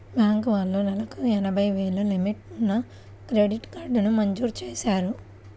bank వాళ్ళు నెలకు ఎనభై వేలు లిమిట్ ఉన్న క్రెడిట్ కార్డుని మంజూరు చేశారు